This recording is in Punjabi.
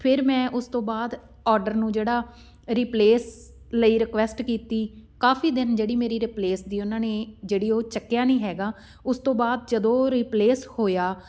ਫਿਰ ਮੈਂ ਉਸ ਤੋਂ ਬਾਅਦ ਔਡਰ ਨੂੰ ਜਿਹੜਾ ਰਿਪਲੇਸ ਲਈ ਰਿਕੁਐਸਟ ਕੀਤੀ ਕਾਫੀ ਦਿਨ ਜਿਹੜੀ ਮੇਰੀ ਰਿਪਲੇਸ ਦੀ ਉਹਨਾਂ ਨੇ ਜਿਹੜੀ ਉਹ ਚੱਕਿਆ ਨਹੀਂ ਹੈਗਾ ਉਸ ਤੋਂ ਬਾਅਦ ਜਦੋਂ ਰਿਪਲੇਸ ਹੋਇਆ